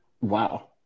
Wow